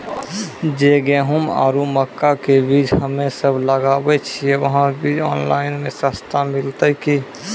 जे गेहूँ आरु मक्का के बीज हमे सब लगावे छिये वहा बीज ऑनलाइन मे सस्ता मिलते की?